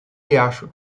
riacho